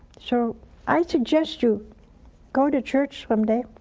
so i suggest you go to church someday